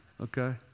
Okay